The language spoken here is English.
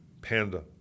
Panda